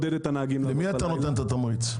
למי אתה נותן את התמריץ?